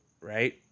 right